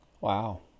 wow